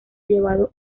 llevado